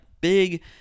big